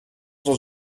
dans